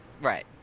Right